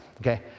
Okay